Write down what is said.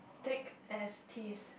thick as thieves